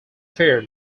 feared